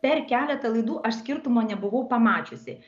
per keletą laidų aš skirtumo nebuvau pamačiusi